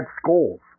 schools